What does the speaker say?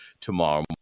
tomorrow